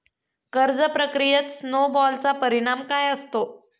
कर्ज प्रक्रियेत स्नो बॉलचा परिणाम काय असतो?